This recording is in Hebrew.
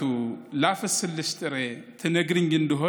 באמהרית ומתרגם:)